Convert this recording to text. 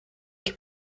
que